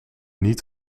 niet